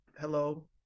hello